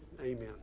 Amen